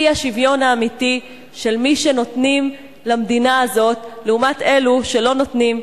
היא השוויון האמיתי של מי שנותנים למדינה הזאת לעומת אלו שלא נותנים,